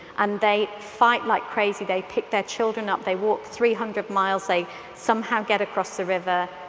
and they fight like crazy. they pick their children up, they walk three hundred miles, they somehow get across the river,